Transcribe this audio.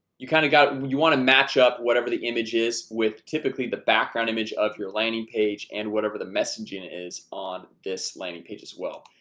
you kind of got you want to match up whatever the image is with typically the background image of your landing page and whatever the messaging is on this landing page as well.